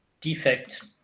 defect